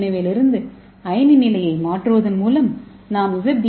ஏவிலிருந்து அயனி நிலையை மாற்றுவதன் மூலம் நாம் இசட் டி